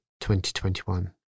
2021